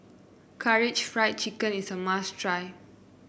Karaage Fried Chicken is a must try